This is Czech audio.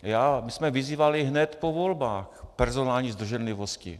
My jsme vyzývali hned po volbách personální zdrženlivostí.